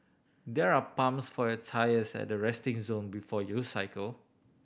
there are pumps for your tyres at the resting zone before you cycle